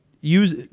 use